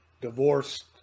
divorced